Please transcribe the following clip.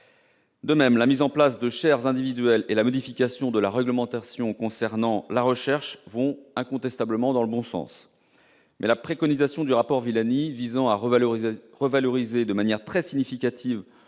De même, la mise en place de chaires individuelles et la modification de la réglementation concernant la recherche vont incontestablement dans le bon sens. Cela dit, la préconisation du rapport Villani visant à revaloriser de manière très significative